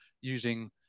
using